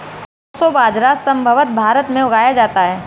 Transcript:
proso बाजरा संभवत भारत में उगाया जाता है